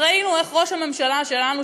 ראינו איך ראש הממשלה שלנו,